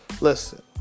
Listen